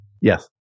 Yes